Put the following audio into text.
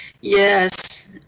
Yes